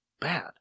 bad